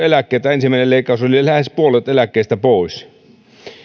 eläkkeitä ensimmäinen leikkaus oli lähes puolet eläkkeistä pois